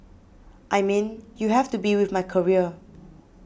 I mean you have to be with my career